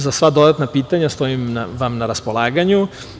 Za sva dodatna pitanja stojim vam na raspolaganju.